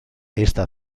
esta